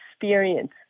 experience